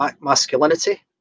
masculinity